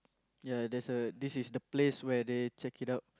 ya there's a this is the place where they check it out